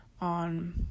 on